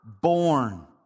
born